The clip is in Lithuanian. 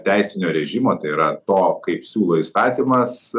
teisinio režimo tai yra to kaip siūlo įstatymas